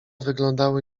wyglądały